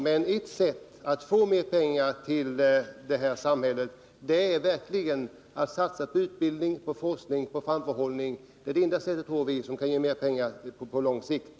Men ett sätt att få pengar till det här samhället är att satsa på utbildning och forskning, på framförhållning. Det är, tror vi, det enda sätt som kan ge mer pengar på lång sikt.